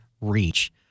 reach